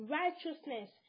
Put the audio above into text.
righteousness